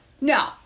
No